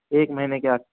ایک مہینے کا